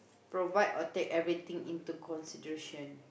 provided or take everything into consideration